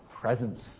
presence